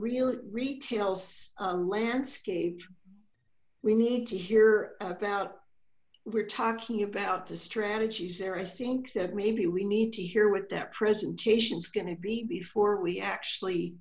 real retail landscape we need to hear about we're talking about the strategies there i think that maybe we need to hear what that presentation is going to be before we actually